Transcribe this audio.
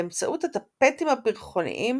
באמצעות הטפטים הפרחוניים